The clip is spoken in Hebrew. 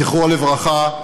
זכרו לברכה,